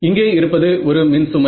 இங்கே இருப்பது ஒரு மின் சுமை